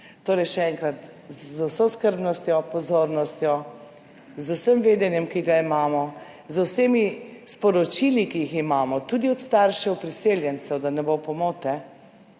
Torej še enkrat, z vso skrbnostjo, pozornostjo, z vsem vedenjem, ki ga imamo, z vsemi sporočili, ki jih imamo, tudi od staršev priseljencev, da ne bo pomote,